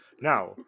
Now